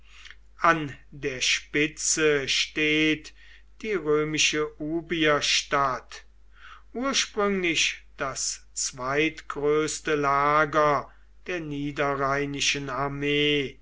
an der spitze steht die römische ubierstadt ursprünglich das zweitgrößte lager der niederrheinischen armee